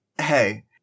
hey